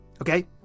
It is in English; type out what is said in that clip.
Okay